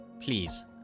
Please